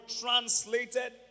translated